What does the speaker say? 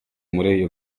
muri